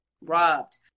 Robbed